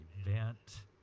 event